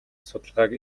судалгааг